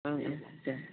दे